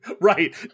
Right